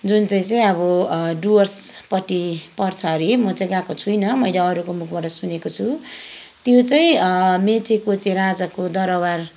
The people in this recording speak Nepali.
जुन चाहिँ चाहिँ अब डुवर्सपट्टि पर्छ अरे म चाहिँ गएको छुइनँ मैले अरूको मुखबाट सुनेको छु त्यो चाहिँ मेचेको चाहिँ राजाको दरबार